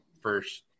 first